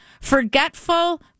forgetful